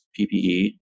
PPE